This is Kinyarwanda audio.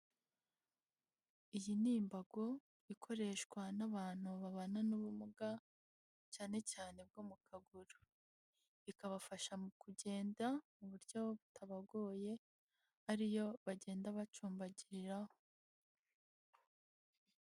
Iyi ni imbago ikoreshwa n'abantu babana n'ubumuga, cyane cyane bwo mu kaguru, ikabafasha mu kugenda mu buryo butabagoye, ariyo bagenda bacumbagiriraho.